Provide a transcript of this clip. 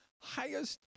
highest